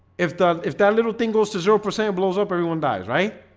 if that if that little thing goes to zero percent blows up. everyone dies, right?